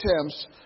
attempts